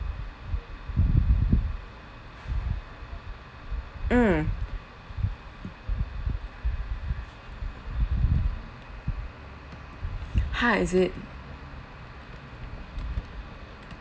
mm ha is it